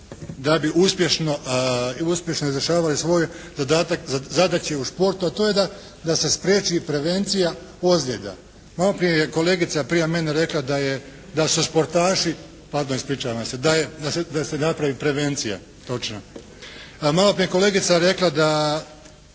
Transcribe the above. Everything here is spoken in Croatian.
i uspješno izvršavali svoj zadatak, zadaće u športu, a to je da se spriječi i prevencija ozljeda. Maloprije je kolegica prije mene rekla da je, da su sportaši, pardon, ispričavam se, da se napravi prevencija, točno. Maloprije je kolegica rekla da